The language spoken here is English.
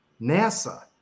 NASA